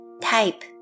type